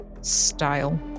style